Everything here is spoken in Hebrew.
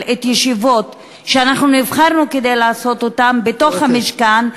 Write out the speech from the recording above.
את הישיבות שאנחנו נבחרנו כדי לעשות אותן בתוך המשכן.